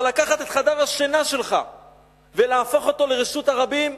אבל לקחת את חדר השינה שלך ולהפוך אותו לרשות הרבים,